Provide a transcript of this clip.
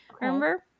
remember